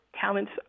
talents